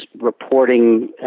reporting